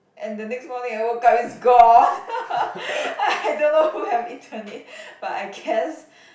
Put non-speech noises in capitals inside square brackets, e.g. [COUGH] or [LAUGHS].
and the next morning I woke up it's gone [LAUGHS] I don't know who have eaten it but I guess